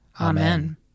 Amen